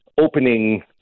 opening